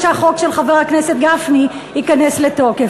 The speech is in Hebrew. שהחוק של חבר הכנסת גפני ייכנס לתוקף.